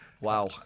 Wow